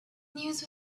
news